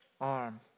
arm